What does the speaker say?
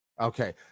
Okay